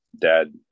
dad